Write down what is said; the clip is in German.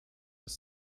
das